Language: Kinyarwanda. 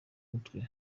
mutwe